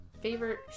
Favorite